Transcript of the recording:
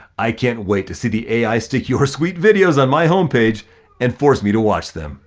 i can't wait to see the ai stick your sweet videos on my homepage and force me to watch them.